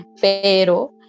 pero